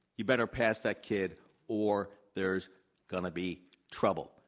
you better pass that kid or there's going to be trouble.